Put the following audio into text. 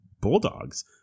bulldogs